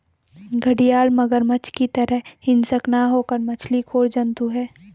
घड़ियाल मगरमच्छ की तरह हिंसक न होकर मछली खोर जंतु है